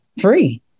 free